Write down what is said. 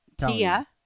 Tia